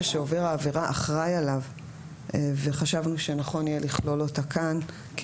שעובר העבירה אחראי עליו וחשבנו שנכון יהיה לכלול אותה כאן.